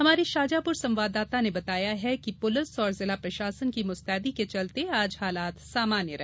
हमारे शाजापुर संवाददाता ने बताया है कि पुलिस और जिला प्रशासन की मुस्तैदी के चलते आज हालात सामान्य रहे